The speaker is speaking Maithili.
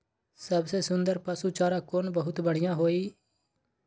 सबसे सुन्दर पसु चारा कोन बहुत बढियां होय इ?